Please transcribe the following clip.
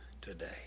today